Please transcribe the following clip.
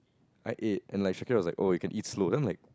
I ate and like was like oh you can eat slow then I'm like